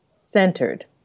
centered